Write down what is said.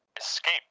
escape